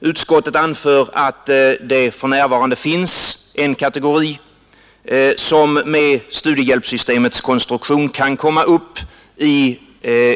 Utskottsmajoriteten anför att det för närvarande finns en kategori som med studiehjälpssystemets konstruktion kan komma upp i